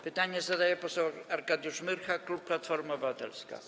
Pytanie zadaje poseł Arkadiusz Myrcha, klub Platforma Obywatelska.